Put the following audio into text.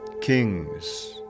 kings